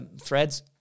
Threads